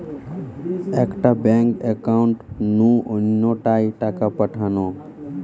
একটা bank account নু অন্য টায় টাকা পাঠানো